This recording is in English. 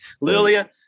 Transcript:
Lilia